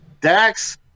Dax